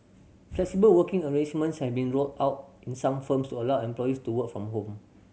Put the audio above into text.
flexible working arrangements have been rolled out in some firms to allow employees to work from home